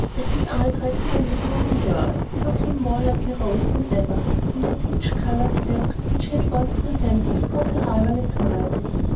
as his eye rested on the blooming girl, looking more like a rose than ever in the peach-colored silk which he had once condemned because a rival admired it.